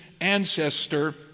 ancestor